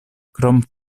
krom